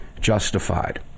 justified